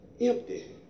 empty